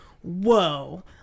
whoa